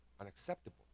unacceptable